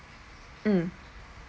mm